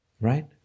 Right